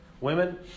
Women